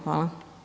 Hvala.